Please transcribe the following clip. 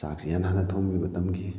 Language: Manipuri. ꯆꯥꯛꯁꯤ ꯏꯍꯥꯟ ꯍꯥꯟꯅ ꯊꯣꯡꯕꯤꯕ ꯇꯝꯈꯤ